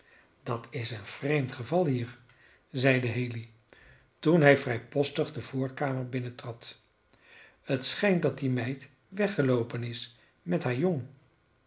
dat is een vreemd geval hier zeide haley toen hij vrijpostig de voorkamer binnentrad het schijnt dat die meid weggeloopen is met haar jong